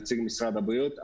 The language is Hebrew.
נציג משרד הבריאות,